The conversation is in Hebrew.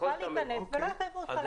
תוכל להיכנס ולא יחייבו אותך.